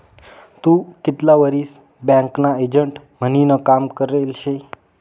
तू कितला वरीस बँकना एजंट म्हनीन काम करेल शे?